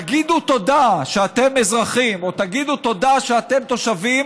תגידו תודה שאתם אזרחים, תגידו תודה שאתם תושבים,